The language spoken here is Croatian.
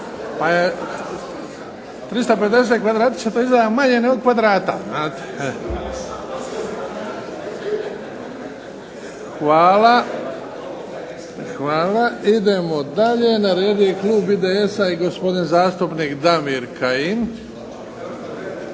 350 kvadratića to izgleda manje od kvadrata, znate. Hvala. Idemo dalje. Na redu je klub IDS-a i zastupnik Damir Kajin.